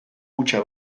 hutsa